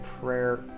prayer